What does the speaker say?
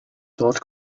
dort